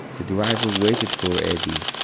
the driver waited for eddie,